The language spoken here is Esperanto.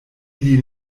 ili